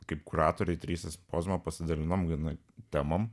kaip kuratoriai trys pozą pasidaliname viena tema